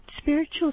spiritual